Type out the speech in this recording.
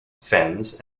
fens